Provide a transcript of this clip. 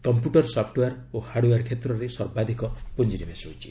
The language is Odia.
କମ୍ପ୍ୟୁଟର ସପୁଓୟାର୍ ଓ ହାଡ୍ଓୟାର୍ କ୍ଷେତ୍ରରେ ସର୍ବାଧିକ ପୁଞ୍ଜିନିବେଶ ହୋଇଛି